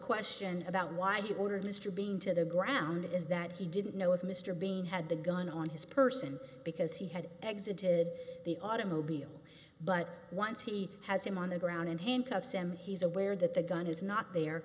question about why he ordered mr bean to the ground it is that he didn't know if mr bean had the gun on his person because he had exited the automobile but once he has him on the ground and handcuffs him he's aware that the gun is not there